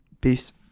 Peace